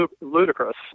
ludicrous